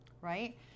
Right